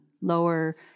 lower